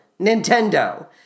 Nintendo